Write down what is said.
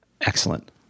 Excellent